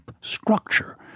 structure